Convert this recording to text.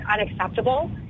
unacceptable